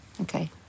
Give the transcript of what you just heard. Okay